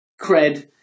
cred